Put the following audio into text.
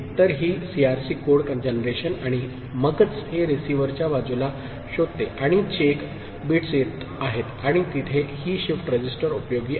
तर ही CRC code generation आहे आणि मगच हे रिसीव्हरच्या बाजूला शोधते आणि चेक बिट्स येत आहेत आणि तिथे ही शिफ्ट रजिस्टर उपयोगी आहे